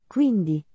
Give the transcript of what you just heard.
Quindi